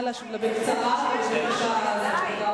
נא להשיב,